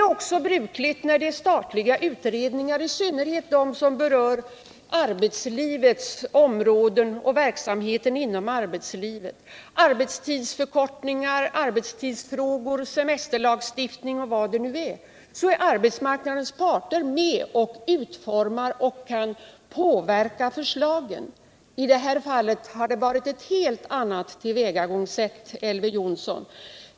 I statliga utredningar är det också brukligt, i synnerhet sådana som berör arbetslivets områden och verksamheten inom arbetslivet —1. ex. arbetstidsförkortning, arbetstidsfrågor, semesterlagstiftning och vad det nu kan vara — att arbetsmarknadens parter är med om utformningen. De kan påverka förslagen. Men i det här fallet har det varit ett helt annat tillvägagångssätt. Elver Jonsson!